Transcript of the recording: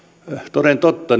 toden totta